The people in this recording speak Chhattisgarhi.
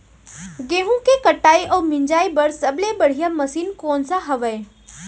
गेहूँ के कटाई अऊ मिंजाई बर सबले बढ़िया मशीन कोन सा हवये?